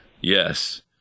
Yes